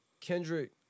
Kendrick